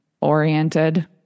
oriented